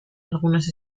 algunas